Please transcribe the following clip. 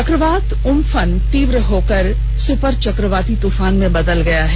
चक्रवात उम्फन तीव्र होकर सुपर चक्रवाती तूफान में बदल गया है